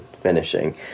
finishing